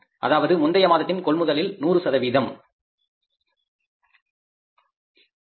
அதாவது முந்தைய மாதத்தின் கொள்முதலில் 100